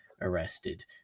arrested